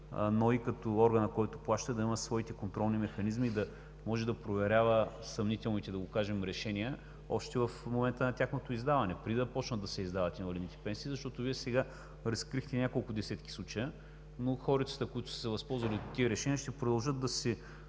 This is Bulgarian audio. НОИ като орган, който плаща, да има своите контролни механизми и да може да проверява съмнителните, да кажем, решения още в момента на тяхното издаване – преди да започнат да се издават инвалидните пенсии. Защото Вие сега разкрихте няколко десетки случаи, но хорицата, които са се възползвали от тези решения, ще продължат да си